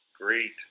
Great